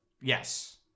Yes